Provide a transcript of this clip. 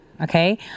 Okay